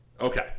Okay